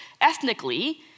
ethnically